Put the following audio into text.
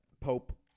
Pope